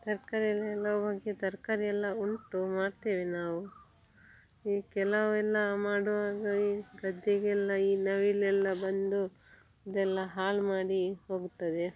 ತರಕಾರಿಯಲ್ಲಿ ಹಲವು ಬಗೆಯ ತರಕಾರಿಯೆಲ್ಲ ಉಂಟು ಮಾಡ್ತೇವೆ ನಾವು ಈ ಕೆಲವೆಲ್ಲ ಮಾಡುವಾಗ ಈ ಗದ್ದೆಗೆಲ್ಲ ಈ ನವಿಲೆಲ್ಲ ಬಂದು ಅದೆಲ್ಲ ಹಾಳು ಮಾಡಿ ಹೋಗ್ತದೆ